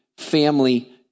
Family